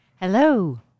Hello